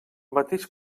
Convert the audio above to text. mateix